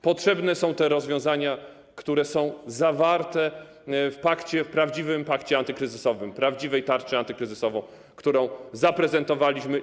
Potrzebne są te rozwiązania, które są zawarte w pakcie, prawdziwym pakcie antykryzysowym, prawdziwej tarczy antykryzysowej, którą zaprezentowaliśmy.